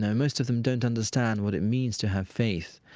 ah most of them don't understand what it means to have faith.